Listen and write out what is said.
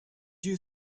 you